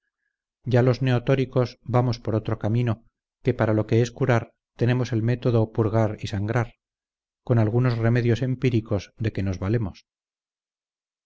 ya los neotóricos vamos por otro camino que para lo que es curar tenemos el método purgar y sangrar con algunos remedios empíricos de que nos valemos